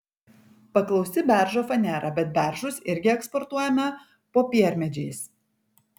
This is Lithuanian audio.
paklausi beržo fanera bet beržus irgi eksportuojame popiermedžiais